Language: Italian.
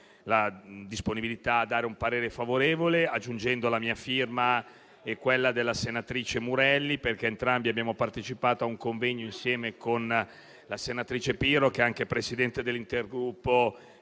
la disponibilità a esprimere un parere favorevole, aggiungendo la mia firma e quella della senatrice Murelli, perché entrambi abbiamo partecipato a un convegno insieme con la senatrice Pirro, che è anche presidente dell'intergruppo